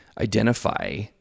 identify